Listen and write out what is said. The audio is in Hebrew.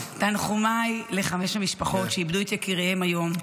תנחומיי לחמש המשפחות שאיבדו את יקיריהן היום,